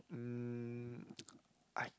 um I